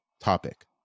topic